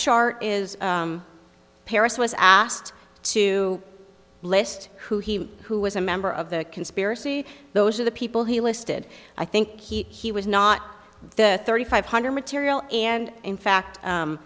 chart is paris was asked to list who he who was a member of the conspiracy those are the people he listed i think he was not the thirty five hundred material and in fact